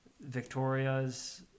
Victoria's